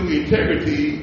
integrity